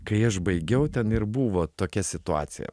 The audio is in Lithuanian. kai aš baigiau ten ir buvo tokia situacija